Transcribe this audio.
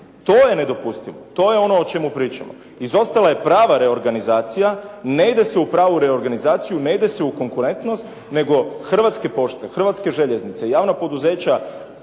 To je nedopustivo, to je ono o čemu pričamo. Izostala je prava reorganizacija, ne ide se u pravu reorganizaciju, ne ide se u konkurentnost nego Hrvatske pošte, Hrvatske željeznice, javna poduzeća